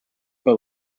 but